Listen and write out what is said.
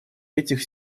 этих